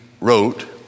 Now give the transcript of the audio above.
wrote